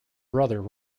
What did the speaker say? brother